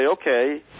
okay